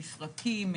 מפרקים,